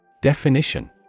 Definition